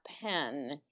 pen –